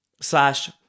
slash